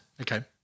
Okay